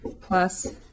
plus